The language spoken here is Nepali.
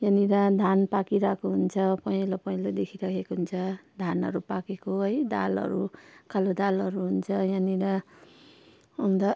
यहाँनिर धान पाकिरहेको हुन्छ पहेँलो पहेँलो देखिरहेको हुन्छ धानहरू पाकेको है दालहरू कालो दालहरू हुन्छ यहाँनिर अन्त